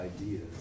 ideas